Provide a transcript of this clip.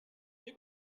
you